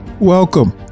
Welcome